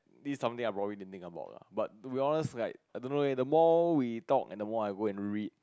this is something I probably need to think about but to be honest like I don't know leh the more we talk and the more I go and read